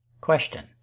Question